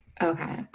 Okay